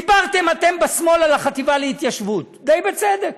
דיברתם אתם בשמאל על החטיבה להתיישבות, די בצדק,